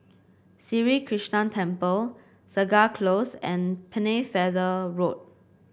Sri Krishnan Temple Segar Close and Pennefather Road